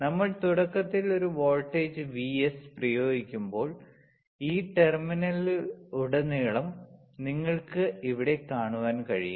നമ്മൾ തുടക്കത്തിൽ ഒരു വോൾട്ടേജ് Vs പ്രയോഗിക്കുമ്പോൾ ഈ ടെർമിനലിലുടനീളം നിങ്ങൾക്ക് ഇവിടെ കാണുവാൻ കഴിയും